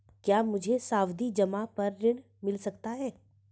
क्या मुझे सावधि जमा पर ऋण मिल सकता है?